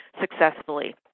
successfully